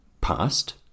past